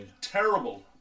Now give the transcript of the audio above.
terrible